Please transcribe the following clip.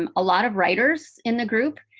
um a lot of writers in the group.